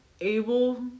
able